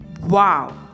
wow